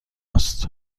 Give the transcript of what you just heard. است